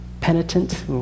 penitent